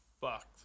fucked